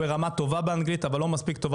ועל זה אנחנו נשים דגש.